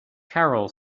carol